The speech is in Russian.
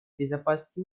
безопасности